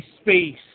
space